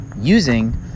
using